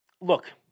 look